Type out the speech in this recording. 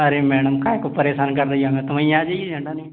अरे मैडम काहे को परेशान कर रही हो हमे तुमइ आ जाइयो